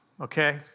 okay